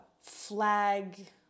flag